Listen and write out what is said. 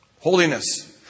holiness